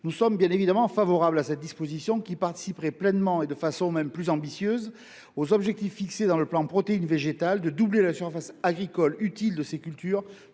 Nous sommes bien évidemment favorables à cette disposition qui participerait pleinement et de manière même plus ambitieuse à l’objectif fixé dans le plan Protéines végétales, consistant à doubler la part de SAU consacrée à ces cultures,